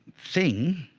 thing,